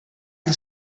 can